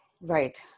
right